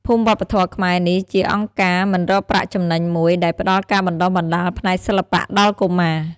ភូមិវប្បធម៌ខ្មែរនេះជាអង្គការមិនរកប្រាក់ចំណេញមួយ ដែលផ្តល់ការបណ្តុះបណ្តាលផ្នែកសិល្បៈដល់កុមារ ។